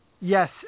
yes